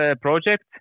Project